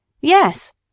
Yes